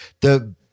the-